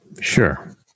Sure